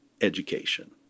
education